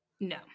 No